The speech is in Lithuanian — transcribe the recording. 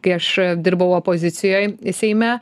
kai aš dirbau opozicijoj seime